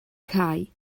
cae